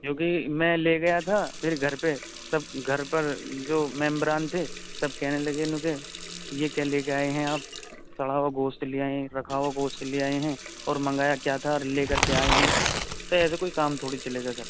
جو کہ میں لے گیا تھا پھر گھر پہ سب گھر پر جو ممبران تھے سب کہنے لگے یوں کہ یہ کیا لے کے آئے ہیں آپ سڑا ہوا گوشت لے آئے ہیں رکھا ہوا گوشت لے آئے ہیں اور منگایا کیا تھا اور لے کر کیا آئے ہیں سر ایسے کوئی کام تھوڑی چلے گا سر